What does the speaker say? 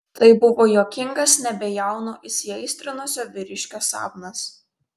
tai buvo juokingas nebejauno įsiaistrinusio vyriškio sapnas